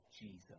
Jesus